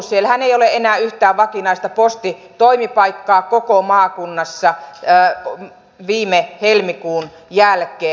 siellähän ei ole ollut enää yhtään vakinaista postitoimipaikkaa koko maakunnassa viime helmikuun jälkeen